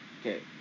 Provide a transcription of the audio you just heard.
Okay